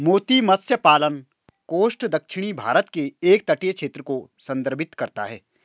मोती मत्स्य पालन कोस्ट दक्षिणी भारत के एक तटीय क्षेत्र को संदर्भित करता है